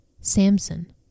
Samson